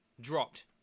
Dropped